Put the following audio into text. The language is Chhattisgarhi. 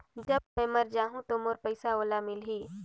जब मै मर जाहूं तो मोर पइसा ओला मिली?